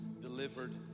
delivered